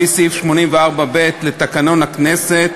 לפי סעיף 84ב לתקנון הכנסת,